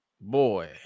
boy